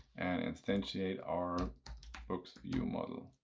and instantiate our booksviewmodel